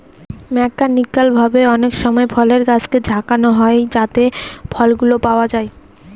mechanical ভাবে অনেকসময় ফলের গাছকে ঝাঁকানো হয় যাতে ফলগুলো পাওয়া যায়